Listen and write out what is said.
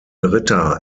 ritter